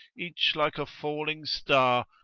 each like a falling star,